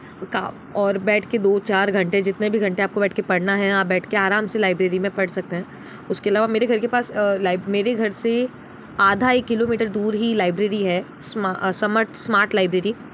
का और बैठ के दो चार घंटे जितने भी घंटे आपको बैठ के पढ़ना है आप बैठ के आराम से लाइब्रेरी मे पढ़ सकते हैं उसके अलावा मेरे घर के पास लाइब मेरे घर से आधा एक किलोमीटर दूर ही लाइब्रेरी है स्मार्ट समट स्मार्ट लाइब्रेरी